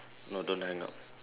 no don't hang up